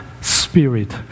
spirit